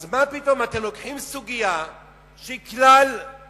אז מה פתאום אתם לוקחים סוגיה שהיא כלל-ארצית,